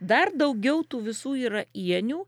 dar daugiau tų visų yra ieniu